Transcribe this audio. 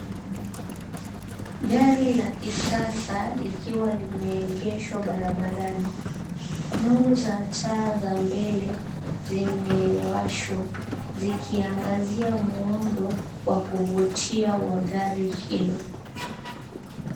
Gari la kisasa likiwa limeegeshwa barabarani. Nuru za taa za mbele zimewashwa zikiangazia muundo wa kuvutia wa gari hilo.